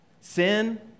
Sin